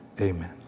Amen